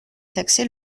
taxer